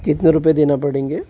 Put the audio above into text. कितने रुपए देना पड़ेंगे